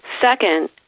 Second